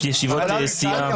יש ישיבות סיעה.